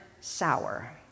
sour